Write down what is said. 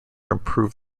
improve